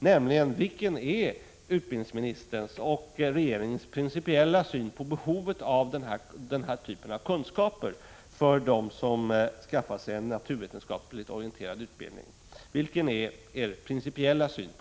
Vilken är egentligen utbildningsministerns och regeringens principiella syn på behovet av denna typ av kunskaper för dem som skaffar sig en naturvetenskapligt orienterad utbildning?